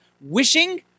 wishing